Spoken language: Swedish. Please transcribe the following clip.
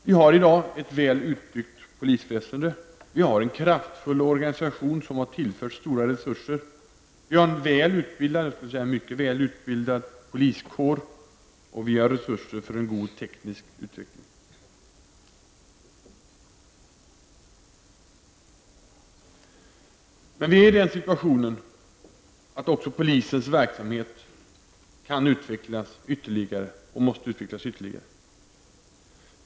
Vi har i dag ett väl utbyggt polisväsende, vi har en kraftfull organisation som tillförts stora resurser, vi har en mycket väl utbildad poliskår, och vi har resurser för en god teknisk utveckling. Men vi befinner oss i den situationen att också polisens verksamhet måste utvecklas ytterligare.